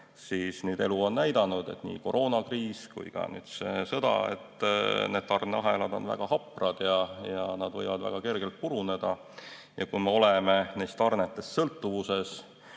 on elu näidanud, nii koroonakriis kui ka sõda, et need tarneahelad on väga haprad ja nad võivad väga kergelt puruneda. Kui me oleme neist tarnetest sõltuvuses,